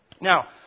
Now